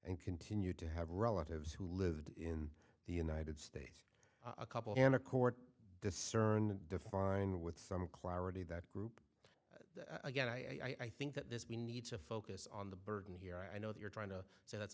and continued to have relatives who lived in the united states a couple and a court discern define with some clarity that group again i think that this we need to focus on the burden here i know that you're trying to so that's